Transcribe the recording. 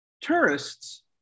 tourists